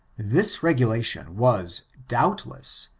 this regulation was, doubtless,